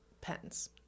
pens